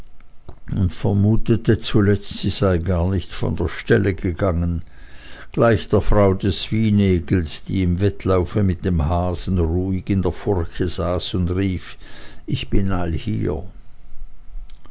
und vermutete zuletzt sie sei gar nicht von der stelle gegangen gleich der frau des swinegels die im wettlaufe mit dem hasen ruhig in der furche saß und rief ich bin allhier